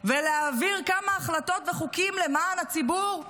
ולהעביר כמה החלטות וחוקים למען הציבור?